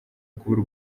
ukubura